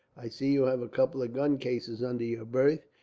i see you have a couple of gun cases under your berth.